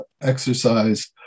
exercise